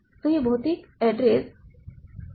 तो यह भौतिक एड्रेस है